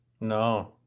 No